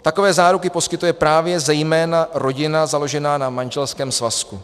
Takové záruky poskytuje právě zejména rodina založená na manželském svazku.